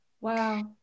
Wow